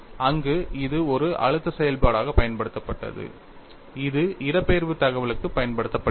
அங்கு இது ஒரு அழுத்த செயல்பாடாக பயன்படுத்தப்பட்டது இது இடப்பெயர்வு தகவலுக்கு பயன்படுத்தப்படுகிறது